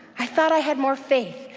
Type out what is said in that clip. i thought i had more faith.